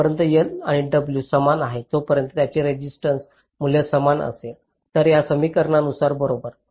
जोपर्यंत l आणि w समान आहेत तोपर्यंत त्याचे रेसिस्टन्स मूल्य समान असेल तर या समीकरणानुसार बरोबर